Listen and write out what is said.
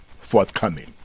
forthcoming